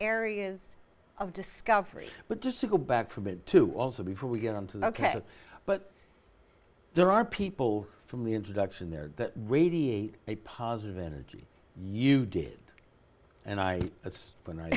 areas of discovery but just to go back from it to also before we get on to ok but there are people from the introduction there that radiate a positive energy you did and i that's when i